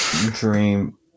Dream